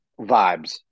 vibes